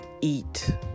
eat